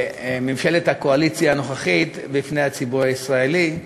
ממשלת הקואליציה הנוכחית בפני הציבור הישראלי.